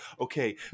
Okay